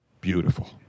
Beautiful